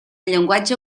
llenguatge